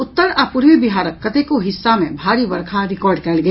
उत्तर आ पूर्वी बिहारक कतेको हिस्सा मे भारी वर्षा रिकॉर्ड कयल गेल